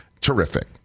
terrific